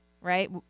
right